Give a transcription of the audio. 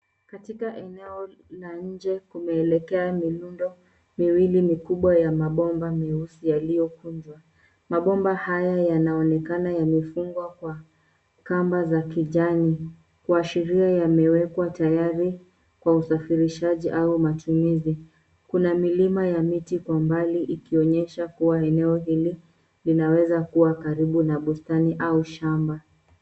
Katika eneo la nje kuna mirundo miwili mikubwa ya mabomba meusi yaliyokunjwa. Mabomba haya yanaonekana yamefungwa kwa Kamba za kijani, kuashiria yamewekwa tayari kwa usafirishaji au matumizi. Kuna milima ya miti Kwa mbali ikionyesha eneo hili linaweza kuwa karibu na bustani au shamba.